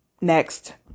Next